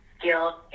skill